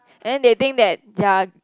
and then they think that they're